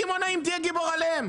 לך לקמעונאים תהיה גיבור עליהם.